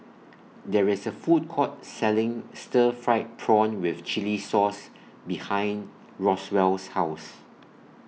There IS A Food Court Selling Stir Fried Prawn with Chili Sauce behind Roswell's House